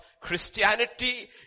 Christianity